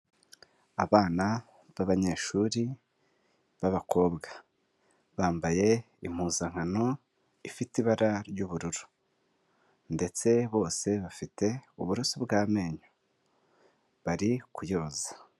Abana b'abanyeshuri b'abakobwa bambaye impuzankano ifite ibara ry'ubururu ndetse bose bafite uburoso bw'amenyo bari kuyoza.